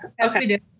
okay